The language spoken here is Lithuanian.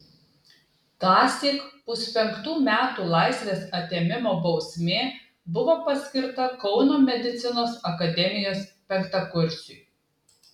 tąsyk puspenktų metų laisvės atėmimo bausmė buvo paskirta kauno medicinos akademijos penktakursiui